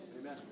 Amen